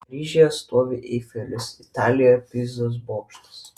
paryžiuje stovi eifelis italijoje pizos bokštas